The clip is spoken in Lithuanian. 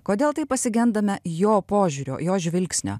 kodėl taip pasigendame jo požiūrio jo žvilgsnio